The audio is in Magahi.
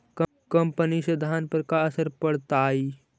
कम पनी से धान पर का असर पड़तायी?